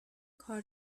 کار